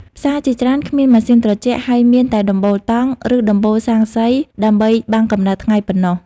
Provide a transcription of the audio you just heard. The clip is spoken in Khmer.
ផ្សារជាច្រើនគ្មានម៉ាស៊ីនត្រជាក់ ហើយមានតែដំបូលតង់ ឬដំបូលស័ង្កសីដើម្បីបាំងកម្ដៅថ្ងៃប៉ុណ្ណោះ។